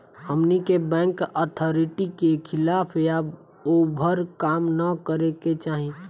हमनी के bank authority के खिलाफ या ओभर काम न करे के चाही